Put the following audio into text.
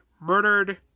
murdered